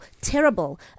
terrible